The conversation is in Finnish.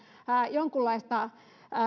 jonkinlaista